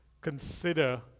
consider